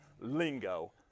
lingo